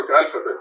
alphabet